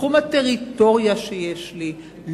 בתחום הטריטוריה שיש לי,